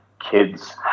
kids